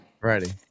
Ready